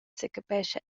secapescha